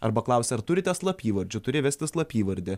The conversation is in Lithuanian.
arba klausia ar turite slapyvardžių turi įvesti slapyvardį